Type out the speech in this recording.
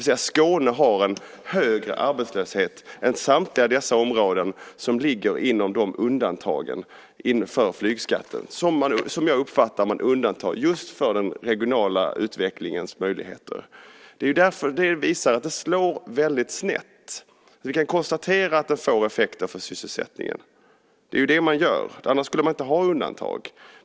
Skåne har alltså en högre arbetslöshet än samtliga dessa områden, som ligger inom de undantag från flygskatten som jag uppfattar att man gör just för den regionala utvecklingens möjligheter. Det visar att detta slår väldigt snett. Vi kan konstatera att det får effekter för sysselsättningen. Det är ju det man gör; annars skulle man inte ha undantag.